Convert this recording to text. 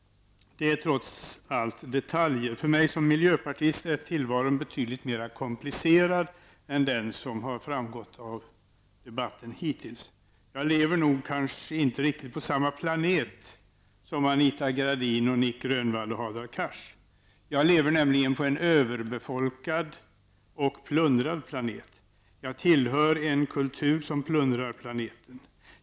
Det är trots allt detaljer. För mig som miljöpartist är tillvaron betydligt mer komplicerad än vad som framgått av debatten hittills. Jag lever nog inte på samma planet som Anita Gradin, Nic Grönvall och Hadar Cars. Jag lever nämligen på en överbefolkad och plundrad planet. Jag tillhör en kultur som plundrar planeten.